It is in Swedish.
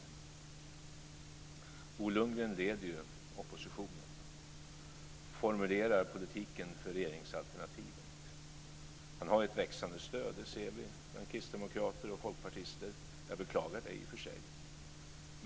Bo Lundgren leder ju oppositionen och formulerar politiken för regeringsalternativet. Han har ett växande stöd - det ser vi - bland kristdemokrater och folkpartister. Jag beklagar det i och för sig.